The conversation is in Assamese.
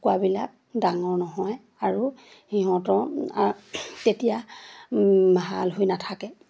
কুকুৰাবিলাক ডাঙৰ নহয় আৰু সিহঁতৰ তেতিয়া ভাল হৈ নাথাকে